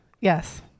yes